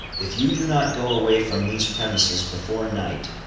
if you do not go away from these premises before night,